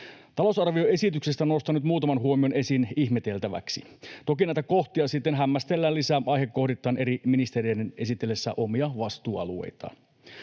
Talousarvioesityksestä nostan nyt muutaman huomion esiin ihmeteltäväksi. Toki näitä kohtia sitten hämmästellään lisää aihekohdittain eri ministereiden esitellessä omia vastuualueitaan.